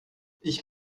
ich